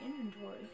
inventory